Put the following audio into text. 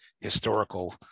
historical